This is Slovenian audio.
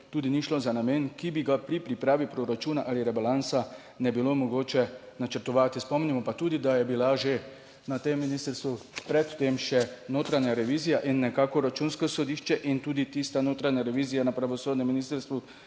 tudi ni šlo za namen, ki bi ga pri pripravi proračuna ali rebalansa ne bilo mogoče načrtovati. Spomnimo pa tudi, da je bila že na tem ministrstvu pred tem še notranja revizija in nekako Računsko sodišče in tudi tista notranja revizija na pravosodnem ministrstvu